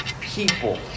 people